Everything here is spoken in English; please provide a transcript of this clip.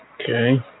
Okay